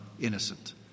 innocent